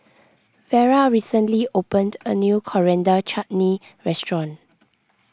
Vera recently opened a new Coriander Chutney restaurant